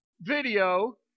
video